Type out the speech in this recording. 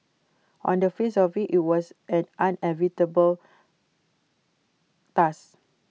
on the face of IT it was an unenviable task